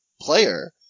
player